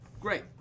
Great